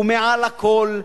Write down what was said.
ומעל לכול,